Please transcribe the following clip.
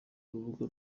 rubuga